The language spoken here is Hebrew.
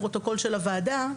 לפרוטוקול של הוועדה: